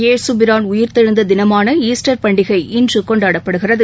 இயேசுபிரான் உயிர்த்தெழுந்த தினமான ஈஸ்டர் பண்டிகை இன்று கொண்டாடப்படுகிறது